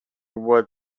would